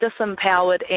disempowered